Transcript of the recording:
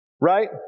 right